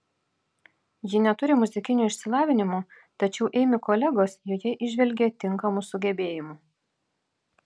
ji neturi muzikinio išsilavinimo tačiau eimi kolegos joje įžvelgia tinkamų sugebėjimų